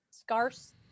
Scarce